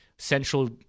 Central